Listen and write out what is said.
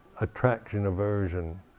attraction-aversion